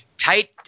tight